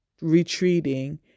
retreating